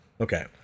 Okay